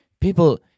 People